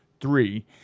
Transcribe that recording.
three